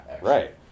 right